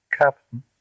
Captain